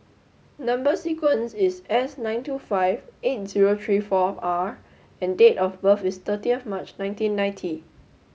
number sequence is S nine two five eight zero three four R and date of birth is thirty of nineteen ninety